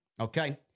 okay